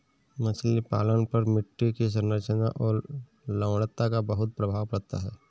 मछली पालन पर मिट्टी की संरचना और लवणता का बहुत प्रभाव पड़ता है